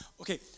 Okay